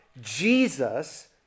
Jesus